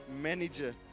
manager